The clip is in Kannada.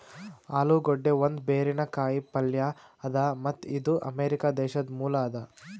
ಆಲೂಗಡ್ಡಿ ಒಂದ್ ಬೇರಿನ ಕಾಯಿ ಪಲ್ಯ ಅದಾ ಮತ್ತ್ ಇದು ಅಮೆರಿಕಾ ದೇಶದ್ ಮೂಲ ಅದಾ